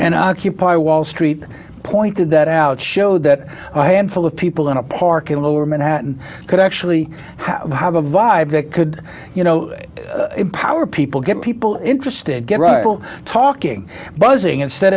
and occupy wall street pointed that out showed that handful of people in a park in lower manhattan could actually have a vibe that could you know empower people get people interested get rifle talking buzzing instead